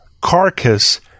carcass